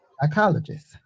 psychologist